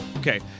Okay